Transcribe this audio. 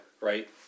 right